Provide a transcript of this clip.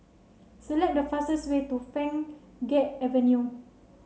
select the fastest way to Pheng Geck Avenue